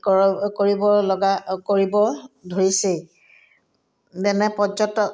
ক কৰিব লগা কৰিব ধৰিছেই যেনে পৰ্যটক